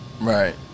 Right